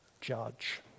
judge